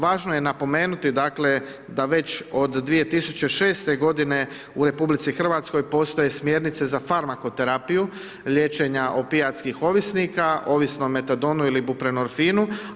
Važno je napomenuti dakle, da već od 2006. g. u RH postoje smjernice za … terapiju, liječenja opijatskih ovisnika, ovisno o metadonu ili bupromerfinu.